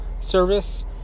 service